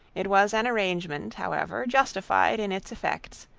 it was an arrangement, however, justified in its effects,